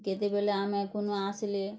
କେତେବେଲେ ଆମେ କୁନୁଆ ଆସ୍ଲେ